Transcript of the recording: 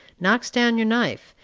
knocks down your knife,